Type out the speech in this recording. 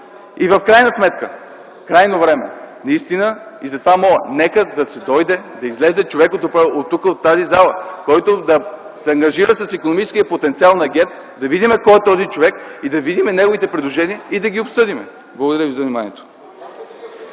В крайна сметка е крайно време, наистина, затова моля – нека да си дойде, да излезе човек тук от тази зала, който да се ангажира с икономическия потенциал на ГЕРБ, да видим кой е този човек, да видим неговите предложения и да ги обсъдим. Благодаря ви за вниманието.